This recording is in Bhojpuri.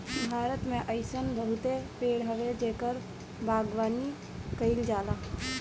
भारत में अइसन बहुते पेड़ हवे जेकर बागवानी कईल जाला